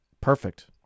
Perfect